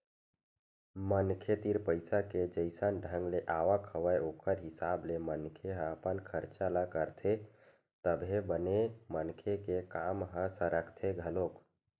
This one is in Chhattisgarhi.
मनखे तीर पइसा के जइसन ढंग ले आवक हवय ओखर हिसाब ले मनखे ह अपन खरचा ल करथे तभे बने मनखे के काम ह सरकथे घलोक